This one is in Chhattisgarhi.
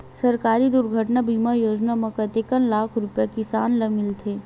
सहकारी दुर्घटना बीमा योजना म कतेक लाख रुपिया किसान ल मिलथे?